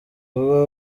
vuba